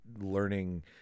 learning